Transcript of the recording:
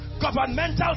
governmental